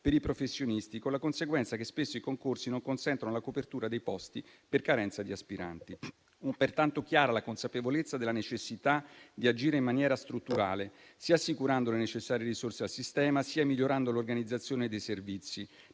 per i professionisti, con la conseguenza che spesso i concorsi non consentono la copertura dei posti per carenza di aspiranti. È pertanto chiara la consapevolezza della necessità di agire in maniera strutturale, sia assicurando le necessarie risorse al sistema, sia migliorando l'organizzazione dei servizi.